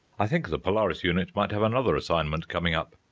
i think the polaris unit might have another assignment coming up!